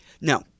No